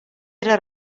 era